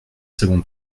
savons